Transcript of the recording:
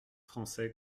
français